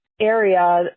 area